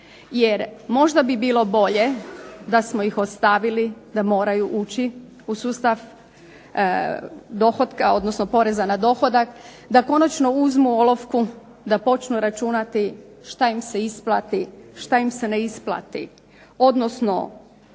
jer možda bi bilo bolje da smo ih ostavili da moraju ući u sustav poreza na dohodak da konačno uzmu olovku, da počnu računati što im se isplati, što im se ne isplati, odnosno